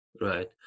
Right